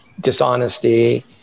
dishonesty